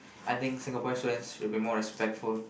I think Singaporean students should be more respectful